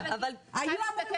כאשר הוא מציע